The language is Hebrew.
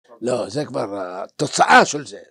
לא, זה כבר התוצאה של זה.